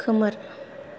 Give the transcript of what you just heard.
खोमोर